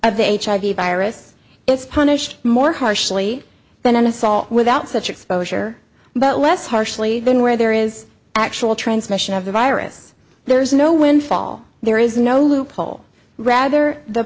hiv virus is punished more harshly than an assault without such exposure but less harshly than where there is actual transmission of the virus there is no windfall there is no loophole rather the